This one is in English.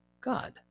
God